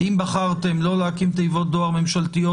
אם בחרתם לא להקים תיבות דואר ממשלתיות,